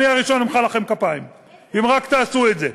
אני הראשון שאמחא לכם כפיים אם רק תעשו את זה.